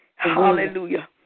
Hallelujah